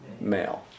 Male